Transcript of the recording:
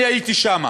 אני הייתי שם,